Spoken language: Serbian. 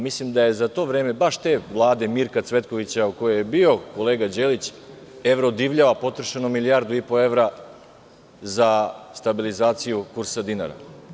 Mislim da je baš za te Vlade Mirka Cvetkovića, u kojoj je bio kolega Đelić, evro divljao, a potrošeno milijardu i po evra za stabilizaciju kursa dinara.